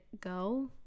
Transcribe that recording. go